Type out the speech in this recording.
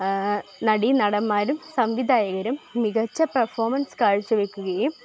നടീനടന്മാരും സംവിധായകരും മികച്ച പെർഫോമൻസ് കാഴ്ചവയ്ക്കുകയും